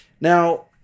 now